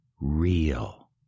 real